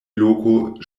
loko